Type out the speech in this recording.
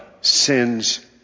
sin's